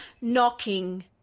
knocking